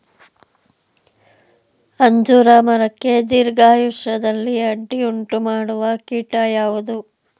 ಅಂಜೂರ ಮರಕ್ಕೆ ದೀರ್ಘಾಯುಷ್ಯದಲ್ಲಿ ಅಡ್ಡಿ ಉಂಟು ಮಾಡುವ ಕೀಟ ಯಾವುದು?